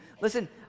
Listen